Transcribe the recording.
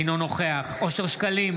אינו נוכח אושר שקלים,